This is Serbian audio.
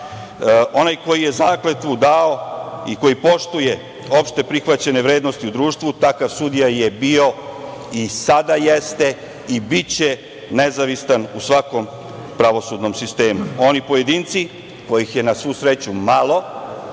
onaj koji je zakletvu dao i koji poštuje opšte prihvaćene vrednosti u društvu, takav sudija je bio i sada jeste i biće nezavistan u svakom pravosudnom sistemu. Oni pojedinci, kojih je, na svu sreću, malo,